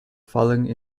falling